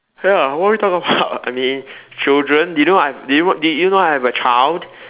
ya what you want to talk about I mean children did you did you know I have a child